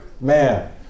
man